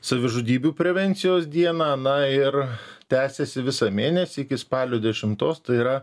savižudybių prevencijos dieną na ir tęsiasi visą mėnesį iki spalio dešimtos tai yra